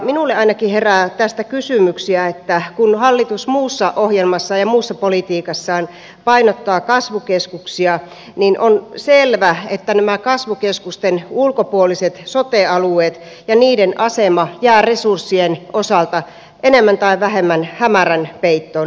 minulle ainakin herää tästä kysymyksiä että kun hallitus muussa ohjelmassaan ja muussa politiikassaan painottaa kasvukeskuksia niin on selvää että nämä kasvukeskusten ulkopuoliset sote alueet ja niiden asema jäävät resurssien osalta enemmän tai vähemmän hämärän peittoon